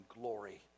glory